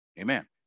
Amen